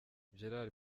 gérard